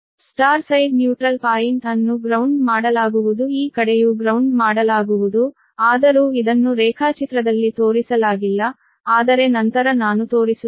'star' side neutral point ಅನ್ನು ground ಮಾಡಲಾಗುವುದು ಈ ಕಡೆಯೂ ಗ್ರೌಂಡ್ ಮಾಡಲಾಗುವುದು ಆದರೂ ಇದನ್ನು ರೇಖಾಚಿತ್ರದಲ್ಲಿ ತೋರಿಸಲಾಗಿಲ್ಲ ಆದರೆ ನಂತರ ನಾನು ತೋರಿಸುತ್ತೇನೆ